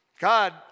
God